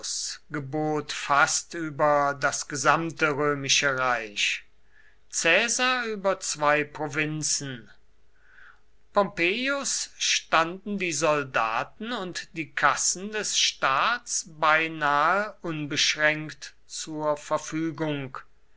gebot fast über das gesamte römische reich caesar über zwei provinzen pompeius standen die soldaten und die kassen des staats beinahe unbeschränkt zur verfügung